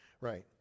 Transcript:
right